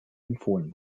empfohlen